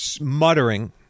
muttering